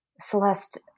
Celeste